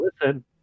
listen